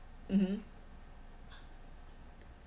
mmhmm